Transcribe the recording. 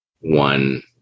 one